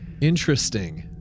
interesting